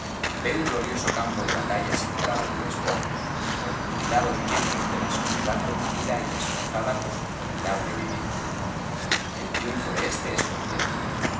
ve un glorioso campo de batalla sembrado de despojos los mutilados miembros de la sobriedad vencida y destrozada por su formidable enemigo el triunfo de éste es completo